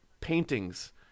paintings